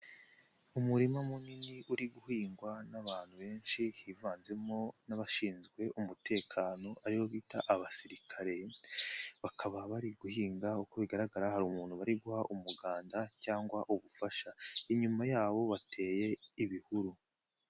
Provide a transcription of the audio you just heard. Umurima munini uri guhingwa n'abantu benshi hivanzemo n'abashinzwe umutekano aribo bita abasirikare, bakaba bari guhinga uko bigaragara hari umuntu bari guha umuganda cyangwa ubufasha, inyuma yabo bateye ibihuru.